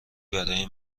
برای